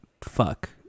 Fuck